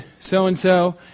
so-and-so